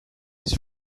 his